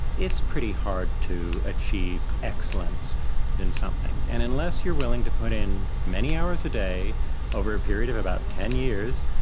it's pretty hard to achieve excellence in something, and unless you are willing to put in many hours a day over a period of about ten years,